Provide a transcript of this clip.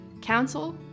Council